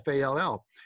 fall